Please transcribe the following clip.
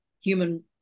human